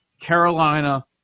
Carolina